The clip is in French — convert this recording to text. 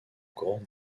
grand